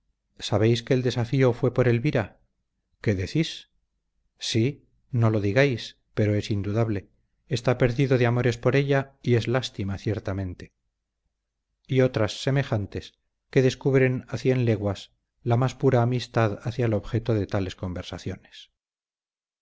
sabéis que el desafío fue por elvira qué decís sí no lo digáis pero es indudable está perdido de amores por ella y es lástima ciertamente y otras semejantes que descubren a cien leguas la más pura amistad hacia el objeto de tales conversaciones